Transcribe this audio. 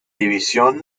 división